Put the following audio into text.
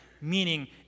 meaning